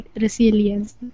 resilience